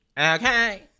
okay